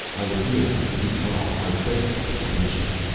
i appeal to you to be calm! i beg you to be patient!